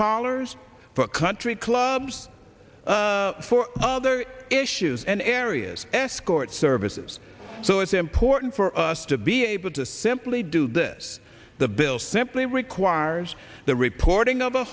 pollers for country clubs for other issues and areas escort services so it's important for us to be able to simply do this the bill simply requires the reporting of the